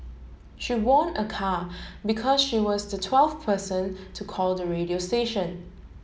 she won a car because she was the twelfth person to call the radio station